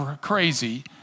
crazy